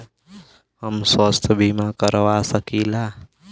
हम स्वास्थ्य बीमा करवा सकी ला?